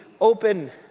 open